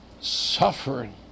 suffering